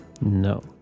No